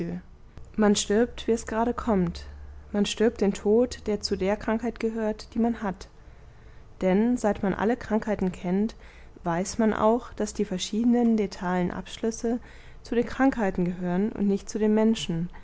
man stirbt wie es gerade kommt man stirbt den tod der zu der krankheit gehört die man hat denn seit man alle krankheiten kennt weiß man auch daß die verschiedenen letalen abschlüsse zu den krankheiten gehören und nicht zu den menschen